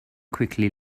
quickly